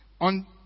on